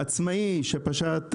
עצמאי שפשט רגל,